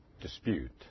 dispute